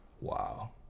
wow